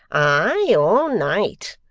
ay, all night.